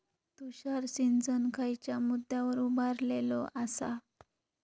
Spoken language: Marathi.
तुषार सिंचन खयच्या मुद्द्यांवर उभारलेलो आसा?